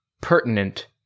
pertinent